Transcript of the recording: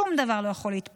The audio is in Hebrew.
שום דבר לא יכול להשתבש.